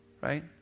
right